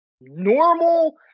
normal